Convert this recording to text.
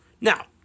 Now